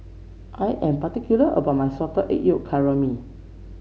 I am particular about my Salted Egg Yolk Calamari